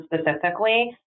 specifically